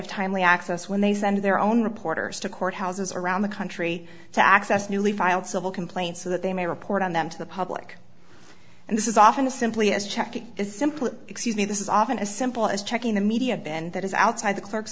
of timely access when they send their own reporters to courthouses around the country to access newly filed civil complaints so that they may report on them to the public and this is often a simply as check it is simply an excuse me this is often as simple as checking the media been that is outside the clerk